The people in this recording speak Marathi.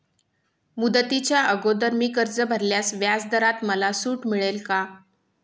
मुदतीच्या अगोदर मी कर्ज भरल्यास व्याजदरात मला सूट मिळेल का?